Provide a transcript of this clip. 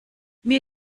mir